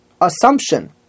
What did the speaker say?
assumption